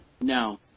No